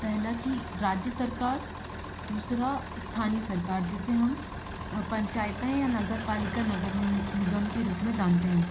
पहला कि राज्य सरकार दूसरा स्थानीय सरकार जिसे हम पंचायतें या नगर पालिका नगर निगम के रूप में जानते हैं